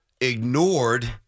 ignored